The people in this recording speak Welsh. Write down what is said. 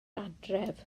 adref